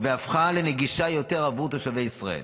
והפכה לנגישה יותר בעבור תושבי ישראל.